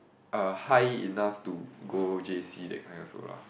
uh high enough to go J_C that kind also lah